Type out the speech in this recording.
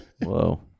Whoa